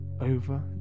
over